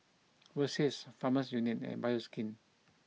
Versace Farmers Union and Bioskin